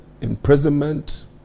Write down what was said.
imprisonment